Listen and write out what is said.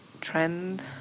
trend